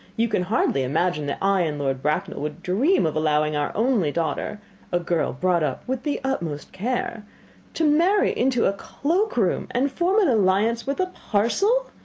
you can hardly imagine that i and lord bracknell would dream of allowing our only daughter a girl brought up with the utmost care to marry into a cloak room, and form an alliance with a parcel?